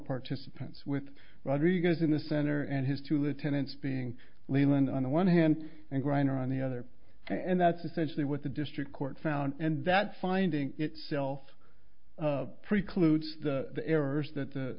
participants with rodriguez in the center and his two lieutenants being leland on the one hand and griner on the other and that's essentially what the district court found and that finding itself precludes the errors that